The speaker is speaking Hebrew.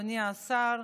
אדוני השר,